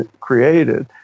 created